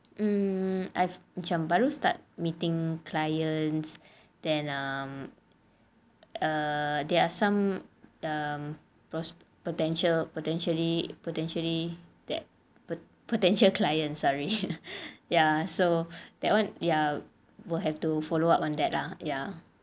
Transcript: hmm I macam baru start meeting clients that um uh there are some um pot~ potential potentially potentially that potential clients sorry ya so that one ya will have to follow up on that ah ya